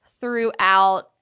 throughout